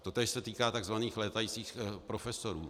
Totéž se týká tzv. létajících profesorů.